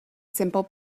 simple